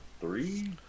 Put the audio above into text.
three